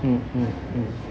mm mm mm